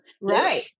Right